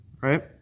right